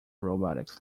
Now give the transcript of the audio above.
robotics